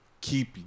keep